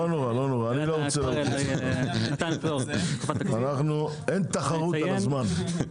לא נורא, אני לא רוצה להלחיץ, אין תחרות על הזמן.